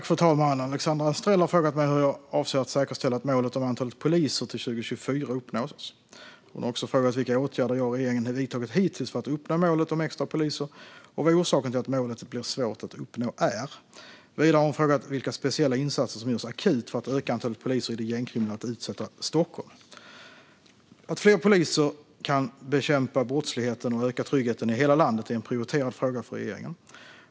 Fru talman! Alexandra Anstrell har frågat mig hur jag avser att säkerställa att målet om antalet poliser till 2024 uppnås. Hon har också frågat vilka åtgärder jag och regeringen vidtagit hittills för att uppnå målet om extra poliser och vad orsaken till att målet blir svårt att uppnå är. Vidare har hon frågat vilka speciella insatser som görs akut för att öka antalet poliser i det gängkriminellt utsatta Stockholm. Att fler poliser kan bekämpa brottsligheten och öka tryggheten i hela landet är en prioriterad fråga för regeringen.